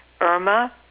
Irma